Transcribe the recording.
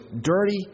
dirty